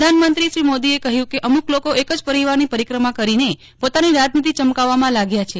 પ્રધાનમંત્રી મોદીએ કહ્યું કે અમ્રક લોકો એક જ પરિવારની પરિક્રમા કરીને પોતાની રાજનીતિ ચમકાવવામાં લાગ્યા છે